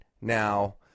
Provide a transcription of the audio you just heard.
now